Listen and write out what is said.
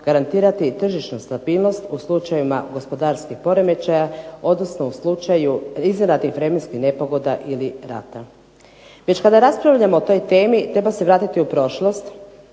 garantirati tržišnu stabilnost u slučajevima gospodarskih poremećaja, odnosno u slučaju izvanrednih vremenskih nepogoda ili rata. Već kada raspravljamo o toj temi treba se vratiti u prošlost